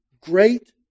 great